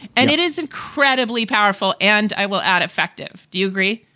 and it is incredibly powerful and i will add effective. do you agree?